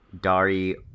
Dari